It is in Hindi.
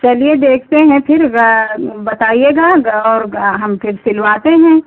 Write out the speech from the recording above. चलिए देखते हैं फिर बताइएगा और हम फिर सिलवाते हैं